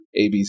abc